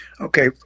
okay